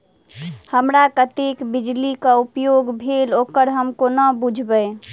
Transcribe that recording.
हमरा कत्तेक बिजली कऽ उपयोग भेल ओकर हम कोना बुझबै?